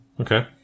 Okay